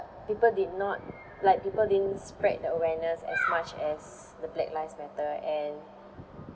people did not like people didn't spread the awareness as much as the black lives matter and